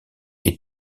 est